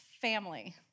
family